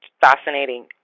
fascinating